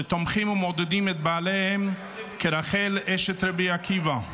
שתומכות ומעודדות את בעליהן כרחל אשת רבי עקיבא.